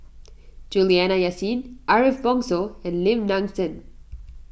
Juliana Yasin Ariff Bongso and Lim Nang Seng